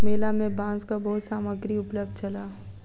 मेला में बांसक बहुत सामग्री उपलब्ध छल